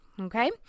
okay